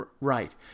Right